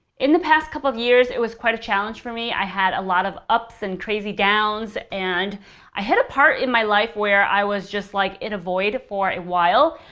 in the past couple of years it was quite a challenge for me. i had a lot of ups and crazy downs. and i hit a part in my life where i was just like in a void for a while,